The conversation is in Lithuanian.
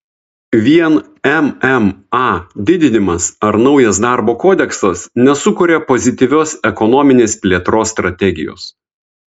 vien mma didinimas ar naujas darbo kodeksas nesukuria pozityvios ekonominės plėtros strategijos